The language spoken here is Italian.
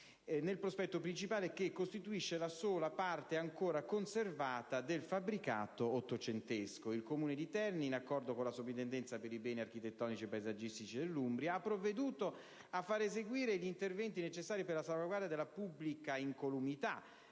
nel prospetto principale che costituisce la sola parte ancora conservata del fabbricato ottocentesco. Il Comune di Terni, in accordo con la Soprintendenza per i beni architettonici e paesaggistici dell'Umbria, ha provveduto a far eseguire gli interventi necessari per la salvaguardia della pubblica incolumità